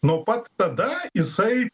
nuo pat tada jisai